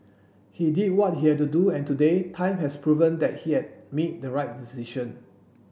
he did what he had to do and today time has proven that he had made the right decision